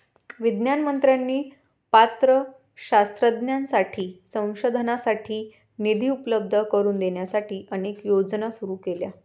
विज्ञान मंत्र्यांनी पात्र शास्त्रज्ञांसाठी संशोधनासाठी निधी उपलब्ध करून देण्यासाठी अनेक योजना सुरू केल्या